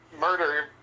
murder